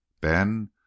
Ben